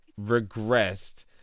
regressed